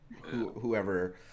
Whoever